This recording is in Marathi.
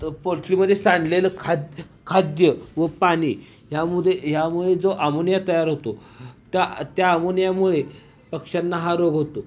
त पोल्ट्रीमध्ये सांडलेलं खाद खाद्य व पाणी यामुदे यामुळे जो आमोनिया तयार होतो त्या त्या आमोनियामुळे पक्ष्यांना हा रोग होतो